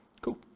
Cool